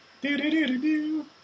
Do-do-do-do-do